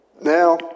Now